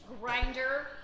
grinder